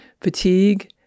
fatigue